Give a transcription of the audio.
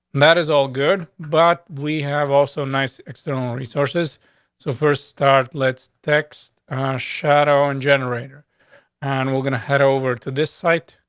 that is all good, but we have also nice external resource is so first start. let's text shadow on generator and we're gonna head over to this site.